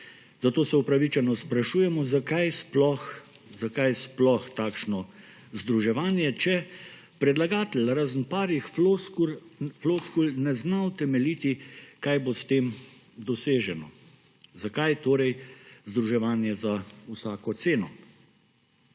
Zato se upravičeno sprašujemo, zakaj sploh takšno združevanje, če predlagatelj, razen par floskul, ne zna utemeljiti, kaj bo s tem doseženo. Zakaj torej združevanje za vsako ceno?